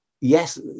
yes